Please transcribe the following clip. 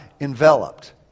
enveloped